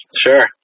Sure